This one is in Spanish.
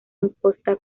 imposta